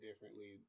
differently